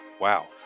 wow